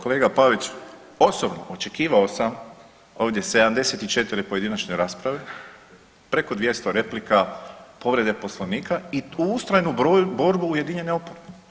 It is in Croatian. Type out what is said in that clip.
Kolega Pavić, osobno očekivao sam ovdje 74 pojedinačne rasprave, preko 200 replika, povrede Poslovnika i ustrajnu borbu ujedinjene oporbe.